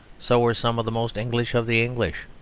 so were some of the most english of the english.